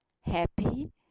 happy